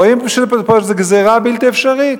רואים שזאת גזירה בלתי אפשרית.